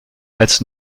als